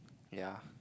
ya